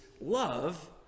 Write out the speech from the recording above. love